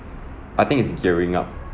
I think it's gearing up